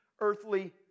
earthly